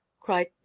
cried